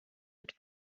mit